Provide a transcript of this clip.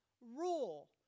rule